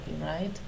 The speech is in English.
right